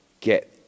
get